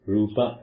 Rupa